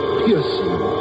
piercing